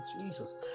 Jesus